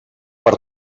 per